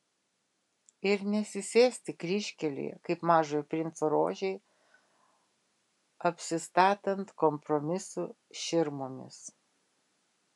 ir nesisėsti kryžkelėje kaip mažojo princo rožei apsistatant kompromisų širmomis